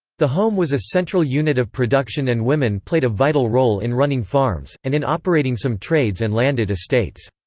the home was a central unit of production and women played a vital role in running farms, and in operating some trades and landed estates.